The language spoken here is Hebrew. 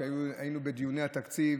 כשהיינו בדיוני התקציב,